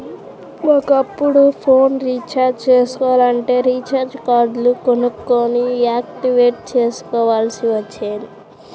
ఒకప్పుడు phone recharge చేసుకోవాలంటే recharge కార్డులు కొనుక్కొని యాక్టివేట్ చేసుకోవాల్సి వచ్చేది